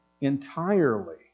entirely